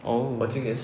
oh